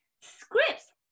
scripts